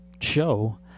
show